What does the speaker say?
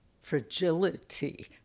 fragility